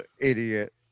idiot